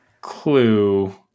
clue